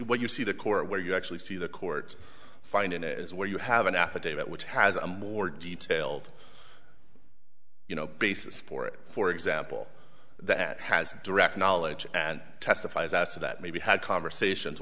when you see the court where you actually see the court finding is where you have an affidavit which has a more detailed you know basis for it for example that has direct knowledge and testifies as to that maybe had conversations